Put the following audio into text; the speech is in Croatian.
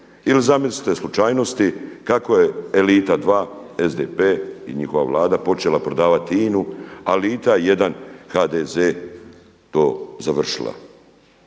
Ili zamislite slučajnosti kako je elita dva SDP i njihova Vlada počela prodavati INA-u a elita jedan HDZ to završila?